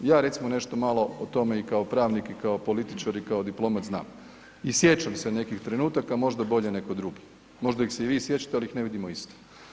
Ja recimo malo nešto malo o tome i kao pravnik i kao političar i kao diplomat znam i sjećam se nekih trenutaka, možda bolje neko drugi, možda ih se i vi sjećate ali ih ne vidimo isto.